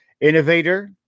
innovator